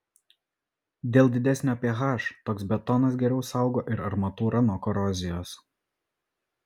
dėl didesnio ph toks betonas geriau saugo ir armatūrą nuo korozijos